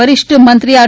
વરીષ્ઠ મંત્રી આર